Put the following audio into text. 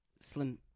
Slim